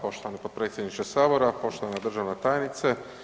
Poštovani potpredsjedniče sabora, poštovana državna tajnice.